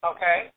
Okay